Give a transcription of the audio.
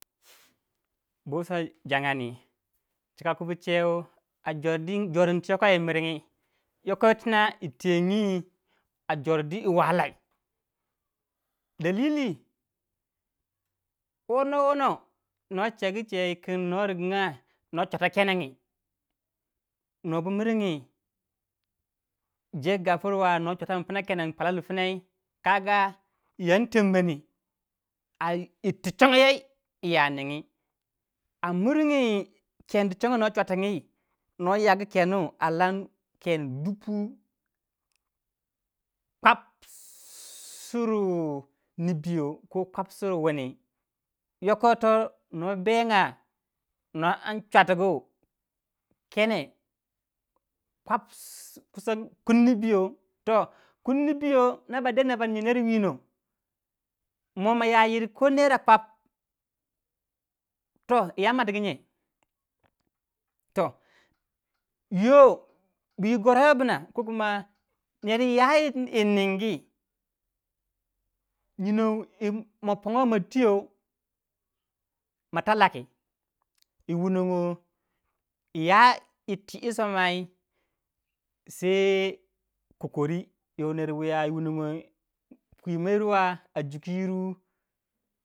Bu wusa jangandi chika ku bu cheu a jor di ti yoko yi miri. yoko yitina yitengyi a jor dwi yi dalili wono wono no cegu cei kin no rigna nor chuata kenej no bu miringi jeg gapur wa nor chuota min pina kenen pwalar pinai kaga yi yan tenmani a yiti chongo yei iya ningi amiringi ken du chongo yei no chwatangyi no yagu kenuw alan dufu kwapsir nibi yo ko kwabsir wuni. yokoh yitoh no benga nor an chuatugu kenen kwapsir kun- nibiyo. kun nibiyo noba de noba nyi per winon mo ma ya yir ko nera kwap ton yi yan matugu nye toh yoh bui goroyo bna per ya yir ningi ma pongo matiyo ma ta laki yi wunongo iya ir ti yisomai bur sekokori kwimyirwa a juku yi jogu wurau.